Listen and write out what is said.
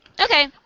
Okay